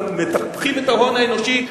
אנחנו מטפחים את ההון האנושי,